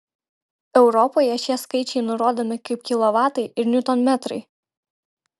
europoje šie skaičiai nurodomi kaip kilovatai ir niutonmetrai